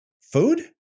food